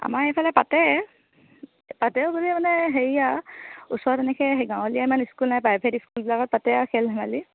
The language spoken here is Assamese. আমাৰ এইফালে পাতে পাতে বুলিও মানে হেৰিয়া ওচৰত এনেকৈ সেই গাঁৱলীয়া ইমান স্কুল নাই প্ৰাইভেট স্কুলবিলাকত পাতে আৰু খেল ধেমালি